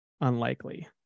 unlikely